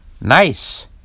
Nice